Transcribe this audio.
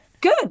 good